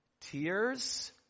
tears